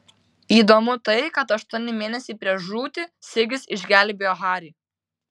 įdomu tai kad aštuoni mėnesiai prieš žūtį sigis išgelbėjo harį